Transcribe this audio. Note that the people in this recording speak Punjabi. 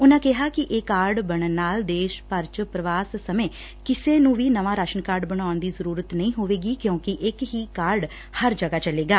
ਉਨੂਾਂ ਕਿਹਾ ਕਿ ਇਹ ਕਾਰਡ ਬਣਨ ਨਾਲ ਦੇਸ਼ ਭਰ ਚ ਪ੍ਰਵਾਸ ਸਮੇਂ ਕਿਸੇ ਨੂੰ ਵੀ ਨਵਾਂ ਰਾਸ਼ਨ ਕਾਰਡ ਬਣਾਉਣ ਦੀ ਜ਼ਰੂਰਤ ਨਹੀਂ ਹੋਵੇਗੀ ਕਿਉਂਕਿ ਇਕ ਹੀ ਕਾਰਡ ਹਰ ਜਗ੍ਹਾ ਚੱਲੇਗਾ